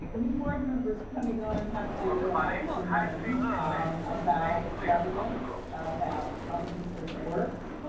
new board members coming on have a lot to learn um about governance, about how the district works,